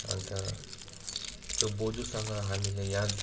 अन्त जो बोजूसँग हामीले याद